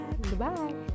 Goodbye